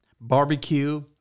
barbecue